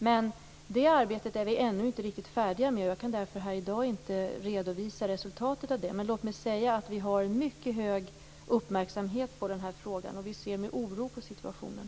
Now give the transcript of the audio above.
Men vi är ännu inte färdiga med det arbetet. Jag kan i dag inte redovisa resultatet. Men vi har hög uppmärksamhet på frågan, och vi ser med oro på situationen.